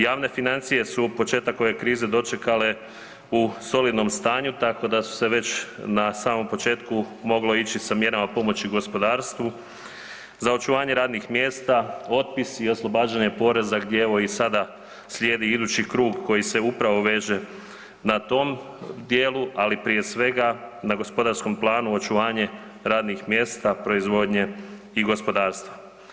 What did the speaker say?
Javne financije su početak ove krize dočekale u solidnom stanju, tako da su se već na samom početku, moglo ići sa mjerama pomoći gospodarstvu, za očuvanje radnih mjesta, otpis i oslobađanje poreza gdje evo i sada slijedi idući krug koji se upravo veže na tom dijelu, ali prije svega na gospodarskom planu očuvanje radnih mjesta, proizvodnje i gospodarstva.